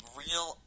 real